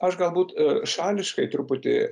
aš galbūt e šališkai truputį